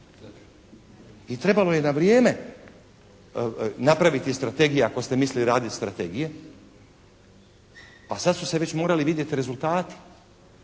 I trebalo je na vrijeme napraviti strategije ako ste mislili raditi strategije, a sad su se već morali vidjeti rezultati.